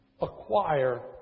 acquire